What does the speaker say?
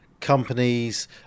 companies